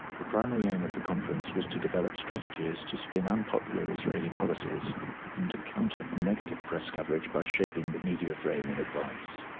the primary aim of the conference was to develop strategies to spin unpopular israeli policies and to counter negative press coverage by shaping the media frame in advance.